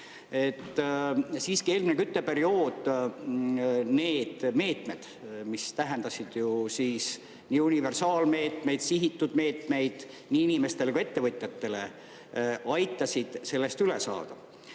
Eelmisel kütteperioodil need meetmed, mis tähendasid nii universaalmeetmeid kui ka sihitud meetmeid nii inimestele kui ka ettevõtjatele, aitasid sellest üle saada.